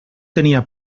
tenia